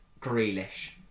Grealish